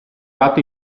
lato